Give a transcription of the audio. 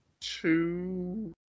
two